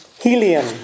helium